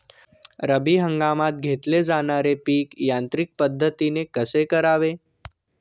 रब्बी हंगामात घेतले जाणारे पीक यांत्रिक पद्धतीने कसे करावे?